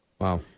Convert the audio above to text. Wow